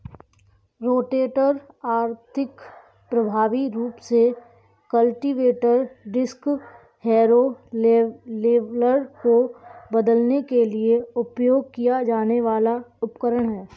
rotator आर्थिक, प्रभावी रूप से कल्टीवेटर, डिस्क हैरो, लेवलर को बदलने के लिए उपयोग किया जाने वाला उपकरण है